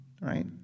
right